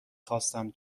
خواستم